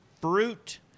fruit